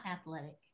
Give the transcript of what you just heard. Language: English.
athletic